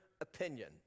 opinion